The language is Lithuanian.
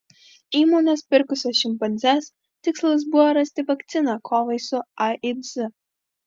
įmonės pirkusios šimpanzes tikslas buvo rasti vakciną kovai su aids